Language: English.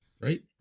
right